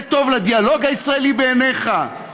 זה טוב לדיאלוג הישראלי בעיניך?